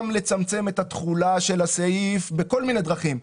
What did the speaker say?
לצמצם את התחולה של הסעיף בכל מיני דרכים,